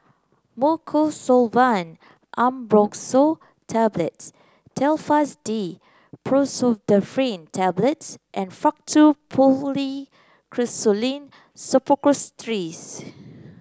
Mucosolvan AmbroxoL Tablets Telfast D Pseudoephrine Tablets and Faktu Policresulen Suppositories